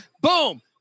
Boom